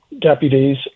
deputies